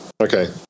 Okay